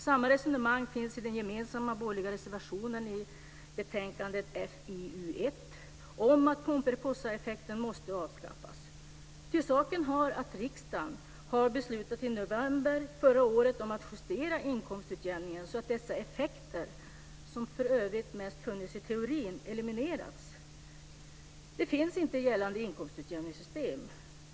Samma resonemang fanns i den gemensamma borgerliga reservationen i betänkande FiU1 - att pomperipossaeffekten måste avskaffas. Till saken hör att riksdagen i november förra året fattade beslut om att justera inkomstutjämningen så att dessa effekter - som för övrigt mest funnits i teorin - elimineras. Sådana finns inte i gällande inkomstutjämningssystem.